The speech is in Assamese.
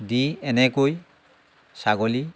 দি এনেকৈ ছাগলী